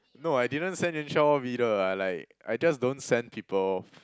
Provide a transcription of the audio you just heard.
no I didn't send Yuan Shao off either I like I just don't send people off